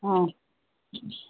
ꯑꯣ